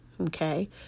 okay